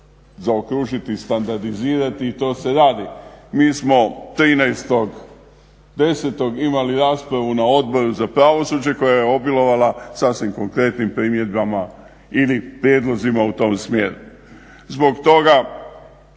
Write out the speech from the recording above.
zaokružiti, standardizirati i to se radi. Mi smo 13.10.imali raspravu na Odboru za pravosuđe koje je obilovala sasvim konkretnim primjedbama ili prijedlozima u tom smjeru. Zbog toga